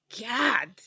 God